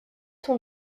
son